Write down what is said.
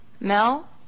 Mel